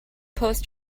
post